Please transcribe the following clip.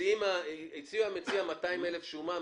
הציע המציע 200,000 שומה,